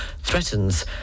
threatens